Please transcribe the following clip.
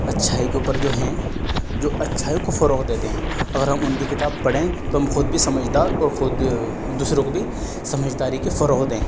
اچھائی کے اوپر جو ہیں جو اچھائیوں کو فروغ دیتے ہیں اگر ہم ان کی کتاب پڑھیں تو ہم خود بھی سمجھدار اور خود دوسروں کو بھی سمجھداری کی فروغ دیں